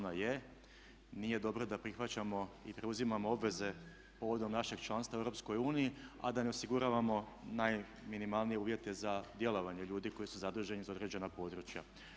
Nije dobro da prihvaćamo i preuzimamo obveze povodom našeg članstva u EU a da ne osiguravamo najminimalnije uvjete za djelovanje ljudi koji su zaduženi za određena područja.